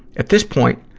at this point,